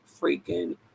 freaking